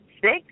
six